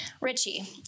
Richie